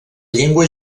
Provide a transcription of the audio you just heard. llengua